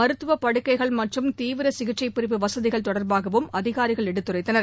மருத்துவபடுக்கைகள் மற்றும் தீவிரசிகிச்சைப்பிரிவு வசதிகள் தொடர்பாகவும் அதிகாரிகள் எடுத்துரைத்தனர்